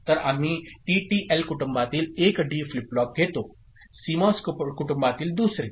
तर आम्ही टीटीएल कुटुंबातील एक डी फ्लिप फ्लॉप घेतो CMOSकुटुंबातीलदुसरे